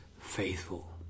faithful